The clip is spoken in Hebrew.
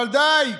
אבל די.